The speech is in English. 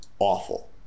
awful